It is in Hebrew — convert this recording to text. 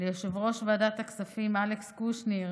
וליושב-ראש ועדת הכספים אלכס קושניר,